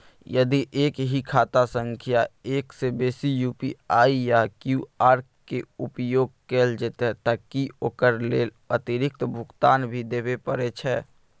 यदि एक ही खाता सं एक से बेसी यु.पी.आई या क्यू.आर के उपयोग कैल जेतै त की ओकर लेल अतिरिक्त भुगतान भी देबै परै छै?